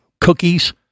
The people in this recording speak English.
cookies